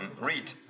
read